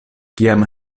kiam